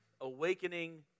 awakening